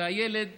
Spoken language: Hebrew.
והילד